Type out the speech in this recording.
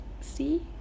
see